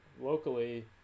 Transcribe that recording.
locally